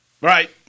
Right